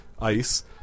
ice